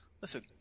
Listen